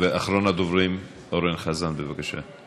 אחרון הדוברים, אורן חזן, בבקשה.